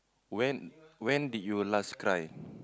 when when did you last cry